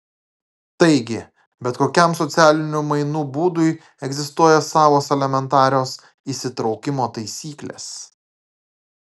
taigi bet kokiam socialinių mainų būdui egzistuoja savos elementarios įsitraukimo taisyklės